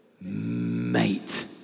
mate